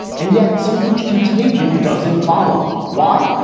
and yet some huge contagion doesn't follow. why?